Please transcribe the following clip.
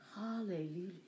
Hallelujah